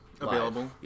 available